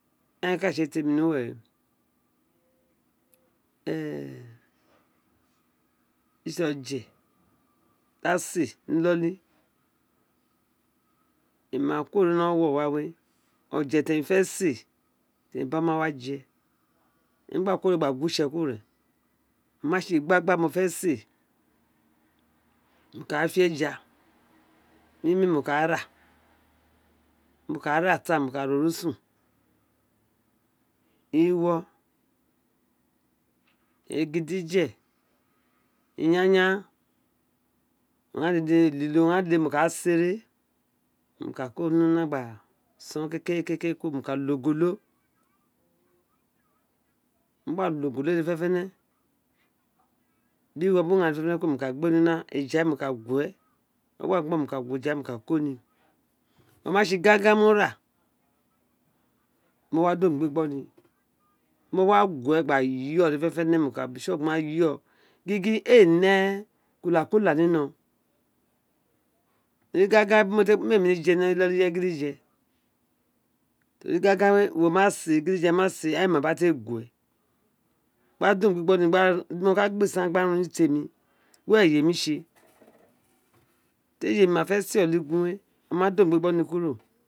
Eren ká tse tems nruve we (hestiton) usi éé ọje ti a si éé nì ọwọwọ wá wé oje tenri fé si éé temi ọma wa jẹ́ mè emì gba ku woro gba gu wo itse kuro rea oma tsi igba gbamo té si éé wo ka fé eja mi mì mo kara orusun iwo egidye i yanyam urun ghan did elilo elrlo ghan dede mo ka sere nro kako nì una gba ló ogolo mo gba ló ogolo wé dede fénetens kuns mo lea aqbe nr uns slawe moka kuwe tro ba gboron mo ka quwe cybi ko ní o ma isi gangen gin mo ra mo wa dat omi we ni mo wa gy we igba ye dede fènéféné mo ka yọ gin gin ééi né kuk ku k tr o winó ton igangan we mi éé nemr lé ni iloli ireye gidye to ri igangan we wo ma sin ireye gidye êe mabra ti ẽe gu wé di mo ka do mì gbigbo ni gbe gbe isan gba rin temi were iyemi tsi ee to ri iyenr ma fé si eê oligum we o ma da omí.